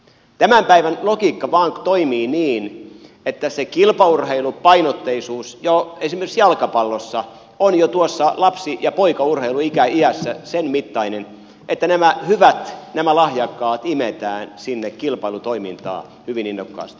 tämän päivän logiikka vain toimii niin että se kilpaurheilupainotteisuus esimerkiksi jalkapallossa on jo tuossa lapsi ja poikaurheiluiässä sen mittainen että nämä hyvät nämä lahjakkaat imetään sinne kilpailutoimintaan hyvin innokkaasti